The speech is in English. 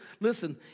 listen